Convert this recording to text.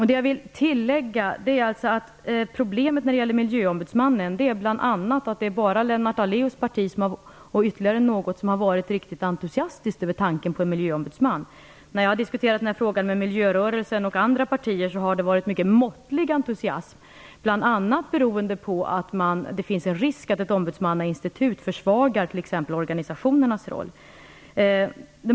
Det jag vill tillägga är att problemet när det gäller miljöombudsmannen bl.a. är att det bara är Lennart Daléus parti och ytterligare något som har varit riktigt entusiastiska över tanken på en miljöombudsman. När jag har diskuterat den här frågan med miljörörelsen och andra partier har det varit mycket måttlig entusiasm, bl.a. beroende på att det finns en risk för att ett ombudsmannainstitut försvagar t.ex. organisationernas roll.